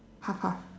half half